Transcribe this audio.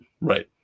right